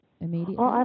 immediately